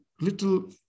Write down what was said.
little